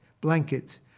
blankets